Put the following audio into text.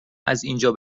ازاینجا